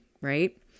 Right